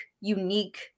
unique